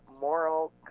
moral